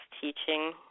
teaching